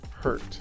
hurt